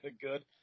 good